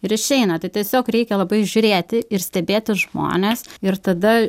ir išeina tai tiesiog reikia labai žiūrėti ir stebėti žmones ir tada